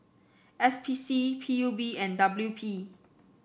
S P C P U B and W P